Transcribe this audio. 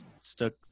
stuck